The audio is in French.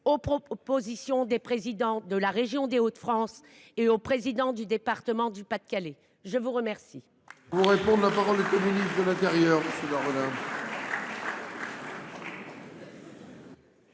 aux propositions du président de la région des Hauts de France et du président du département du Pas de Calais ? La parole